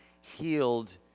healed